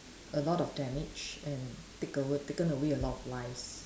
a lot of damage and take over taken away a lot of lives